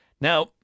Now